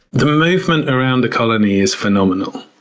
the movement around the colony is phenomenal.